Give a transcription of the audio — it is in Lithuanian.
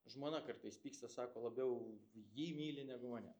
žmona kartais pyksta sako labiau jį myli negu mane